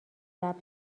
ضبط